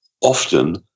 often